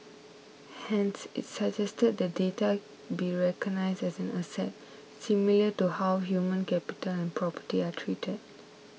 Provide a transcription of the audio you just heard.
hence it suggested that data be recognised as an asset similar to how human capital and property are treated